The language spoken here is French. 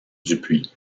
dupuis